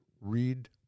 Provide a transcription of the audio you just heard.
read